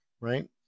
right